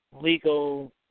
legal